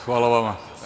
Hvala vama.